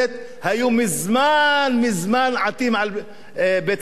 היו מזמן מזמן עטים על בית ראש הממשלה.